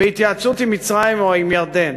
בהתייעצות עם מצרים או עם ירדן.